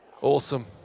Awesome